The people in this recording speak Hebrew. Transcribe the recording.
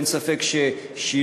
אין ספק ששינוי,